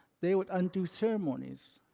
they would undo ceremonies.